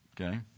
okay